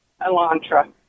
Elantra